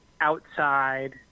outside